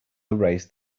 erased